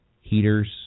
heaters